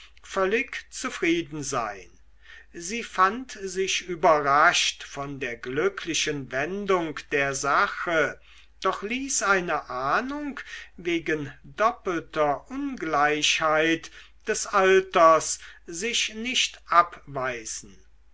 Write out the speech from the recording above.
völlig zufrieden sein sie fand sich überrascht von der glücklichen wendung der sache doch ließ eine ahnung wegen doppelter ungleichheit des alters sich nicht abweisen